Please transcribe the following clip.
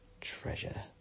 Treasure